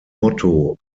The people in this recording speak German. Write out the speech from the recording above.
motto